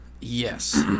Yes